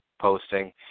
posting